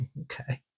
Okay